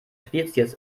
spezies